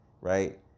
Right